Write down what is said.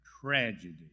tragedy